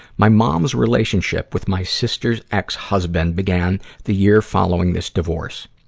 my mom's relationship with my sister's ex-husband began the year following this divorce.